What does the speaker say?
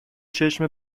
چشم